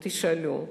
תשאלו.